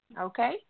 Okay